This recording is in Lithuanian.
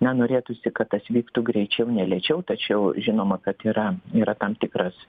na norėtųsi kad tas vyktų greičiau ne lėčiau tačiau žinoma kad yra yra tam tikras